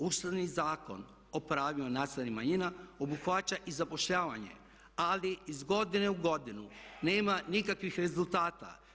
Ustavni zakon o pravima nacionalnih manjina obuhvaća i zapošljavanje ali iz godine u godinu nema nikakvih rezultata.